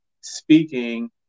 speaking